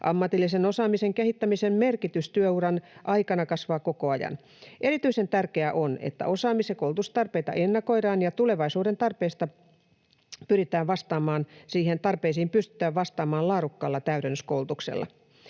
Ammatillisen osaamisen kehittämisen merkitys työuran aikana kasvaa koko ajan. Erityisen tärkeää on, että osaamis- ja koulutustarpeita ennakoidaan ja tulevaisuuden tarpeisiin pystytään vastaamaan laadukkaalla täydennyskoulutuksella.